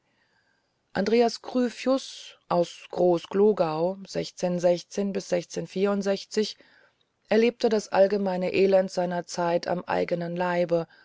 andreas gryphius aus groß erlebte das allgemeine elend seiner zeit am eigenen leibe